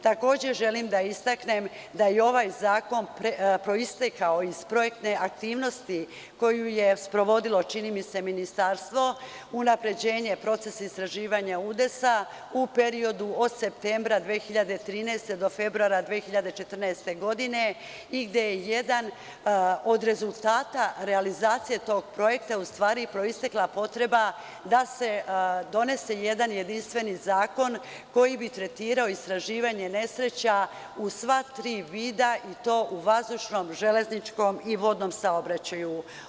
Takođe želim da istaknem da je ovaj zakon proistekao iz projektne aktivnosti koju je sprovodilo, čini mi se, ministarstvo, unapređenja procesa istraživanja udesa u periodu od septembra 2013. do februara 2014. godine i gde je jedan od rezultata realizacije tog projekta u stvari proistekla potreba da se donese jedan jedinstveni zakon koji bi tretirao istraživanje nesreća u sva tri vida, i to u vazdušnom, železničkom i vodnom saobraćaju.